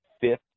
fifth